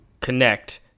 connect